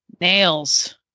nails